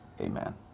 Amen